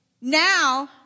Now